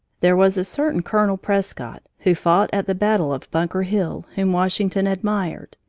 there was a certain colonel prescott who fought at the battle of bunker hill whom washington admired.